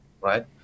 right